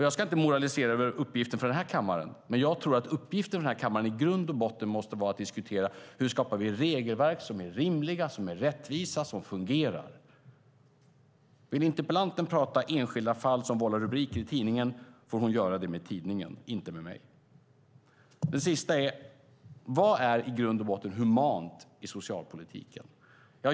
Jag ska inte moralisera över uppgiften för den här kammaren, men jag tror att uppgiften för den här kammaren i grund och botten måste vara att diskutera hur vi skapar regelverk som är rimliga, rättvisa och som fungerar. Vill interpellanten prata enskilda fall som vållar rubriker i tidningen får hon göra det med tidningen, inte med mig. Vad är i grund och botten humant i socialpolitiken?